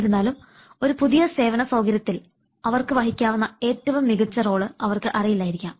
എന്നിരുന്നാലും ഒരു പുതിയ സേവന സൌകര്യത്തിൽ അവർക്ക് വഹിക്കാവുന്ന ഏറ്റവും മികച്ച പങ്ക് അവർക്ക് അറിയില്ലായിരിക്കാം